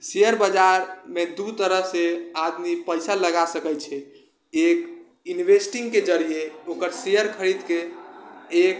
share बाजारमे दू तरहसँ आदमी पइसा लगा सकै छै एक इन्वेस्टिङ्गके जरिए ओकर शेयर खरीदकऽ एक